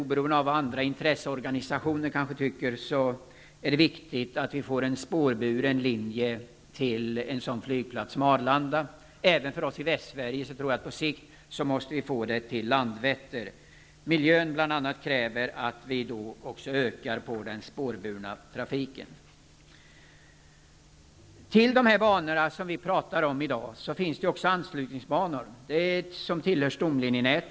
Oberoende av vad andra intresseorganisationer kanske tycker tror jag att det är viktigt att vi får en spårburen linje till en sådan flygplats som Arlanda. Även för oss i Västsverige tror jag att det på sikt behövs en sådan linje till Landvetter. Bl.a. miljön kräver att vi utökar den spårburna trafiken. Till de banor som vi talar om i dag finns det anslutningsbanor. En del tillhör stomlinjenätet.